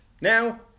Now